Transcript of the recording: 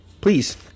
please